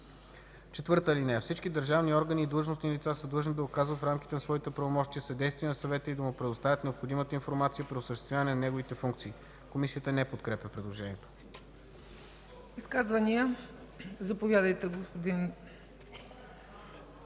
единодушие. (4) Всички държавни органи и длъжностни лица са длъжни да оказват в рамките на своите правомощия съдействие на съвета и да му предоставят необходимата информация при осъществяване на неговите функции.” Комисията не подкрепя предложението. ПРЕДСЕДАТЕЛ ЦЕЦКА ЦАЧЕВА: Изказвания? Заповядайте господин